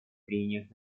прениях